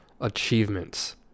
achievements